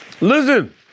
listen